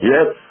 Yes